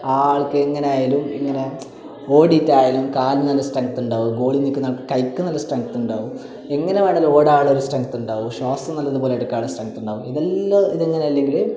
ആ ആൾക്ക് എങ്ങനെയായാലും ഇങ്ങനെ ഓടിയിട്ടായാലും കാലിന് നല്ല സ്ട്രെങ്ത് ഉണ്ടാവും ഗോളി നിൽക്കുന്ന ആൾക്ക് കൈക്ക് നല്ല സ്ട്രെങ്ത് ഉണ്ടാവും എങ്ങനെ വേണമെങ്കിലും ഓടാനുള്ള ഒരു സ്ട്രെങ്ത് ഉണ്ടാവും ശ്വാസം നല്ലത്പോലെ എടുക്കാനുള്ള സ്ട്രെങ്ത് ഉണ്ടാവും ഇതെല്ലാം ഇതങ്ങനെ അല്ലെങ്കിൽ